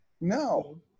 No